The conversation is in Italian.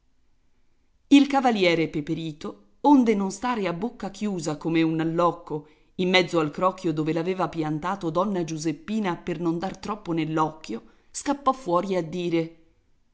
il cavaliere peperito onde non stare a bocca chiusa come un allocco in mezzo al crocchio dove l'aveva piantato donna giuseppina per non dar troppo nell'occhio scappò fuori a dire